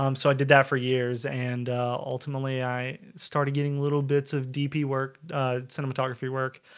um so i did that for years and ultimately i started getting little bits of dp work cinematography work